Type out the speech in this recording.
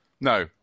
No